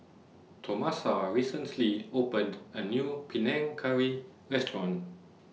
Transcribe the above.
Tomasa recently opened A New Panang Curry Restaurant